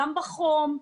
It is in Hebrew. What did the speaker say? גם בחום,